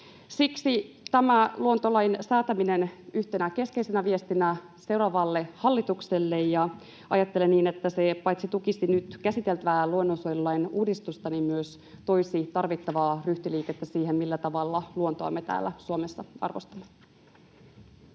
Siksi tämä luontolain säätäminen on yhtenä keskeisenä viestinä seuraavalle hallitukselle, ja ajattelen niin, että se paitsi tukisi nyt käsiteltävää luonnonsuojelulain uudistusta myös toisi tarvittavaa ryhtiliikettä siihen, millä tavalla me luontoa täällä Suomessa arvostamme.